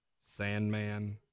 Sandman